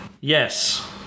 Yes